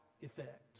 effect